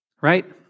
right